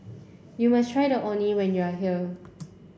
you must try the Orh Nee when you are here